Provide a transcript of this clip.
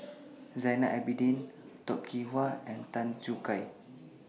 Zainal Abidin Toh Kim Hwa and Tan Choo Kai